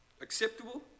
Acceptable